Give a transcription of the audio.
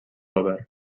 obert